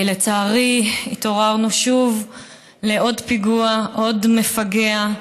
לצערי התעוררנו שוב לעוד פיגוע, עוד מפגע,